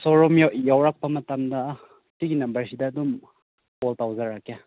showroom ꯌꯧꯔꯛꯄ ꯃꯇꯝꯗ ꯁꯤꯒꯤ ꯅꯝꯕꯔꯁꯤꯗ ꯑꯗꯨꯝ ꯀꯣꯜ ꯇꯧꯖꯔꯛꯀꯦ